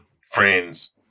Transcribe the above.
friends